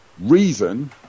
reason